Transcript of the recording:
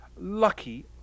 Lucky